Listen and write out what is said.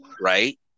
right